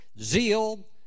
Zeal